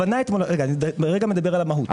אני רגע מדבר על המהות.